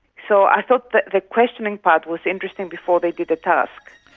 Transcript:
so i thought that the questioning part was interesting before they did a task.